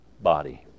body